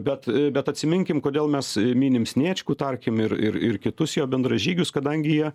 bet bet atsiminkim kodėl mes minim sniečkų tarkim ir ir ir kitus jo bendražygius kadangi jie